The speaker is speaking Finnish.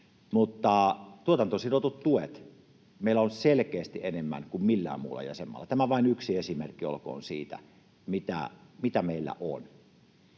Mutta tuotantoon sidottuja tukia meillä on selkeästi enemmän kuin millään muulla jäsenmaalla. Tämä vain yksi esimerkki olkoon siitä, mitä meillä on.